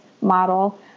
model